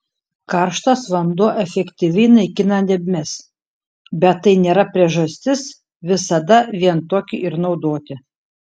karštas vanduo efektyviai naikina dėmes bet tai nėra priežastis visada vien tokį ir naudoti